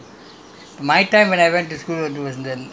bus that time all the bus in the sixties